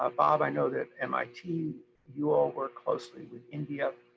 ah bob, i know that mit you all work closely with india